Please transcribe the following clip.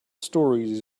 stories